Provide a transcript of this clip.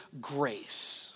grace